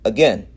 Again